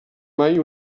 mai